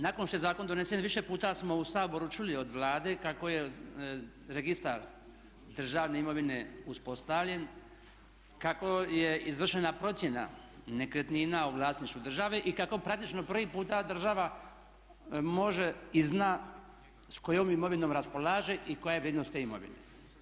Nakon što je zakon donesen više puta smo u Saboru čuli od Vlade kako je registar državne imovine uspostavljen, kako je izvršena procjena nekretnina u vlasništvu države i kako praktično prvi puta država može i zna s kojom imovinom raspolaže i koja je vrijednost te imovine.